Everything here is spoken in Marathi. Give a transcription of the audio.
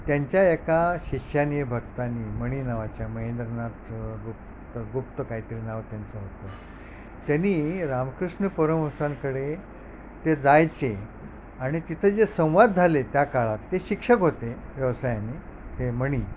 त्यांच्या एका शिष्यानीय भक्तांनी मणी नावाच्या महेंद्रनाथ गुप्त काहीतरी नाव त्यांचं होतं त्यांनी रामकृष्ण पुरमांकडे ते जायचे आणि तिथं जे संवाद झाले त्या काळात ते शिक्षक होते व्यवसायाने ते मणी